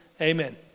Amen